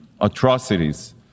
Atrocities